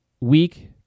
week